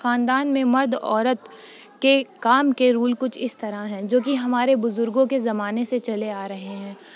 خاندان میں مرد عورت کے کام کے رول کچھ اس طرح ہیں جو کہ ہمارے بزرگوں کے زمانے سے چلے آ رہے ہیں